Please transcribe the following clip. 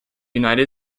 united